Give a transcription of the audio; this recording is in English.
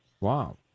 Wow